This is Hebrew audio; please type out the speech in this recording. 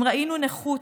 אם ראינו נכות,